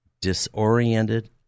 disoriented